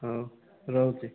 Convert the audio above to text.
ହଉ ରହୁଛି